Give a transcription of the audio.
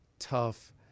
tough